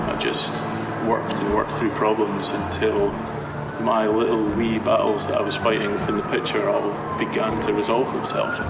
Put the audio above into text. just worked and worked through problems, until my little wee battles that i was fighting within the picture all began to resolve themselves.